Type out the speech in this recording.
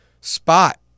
spot